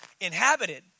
inhabited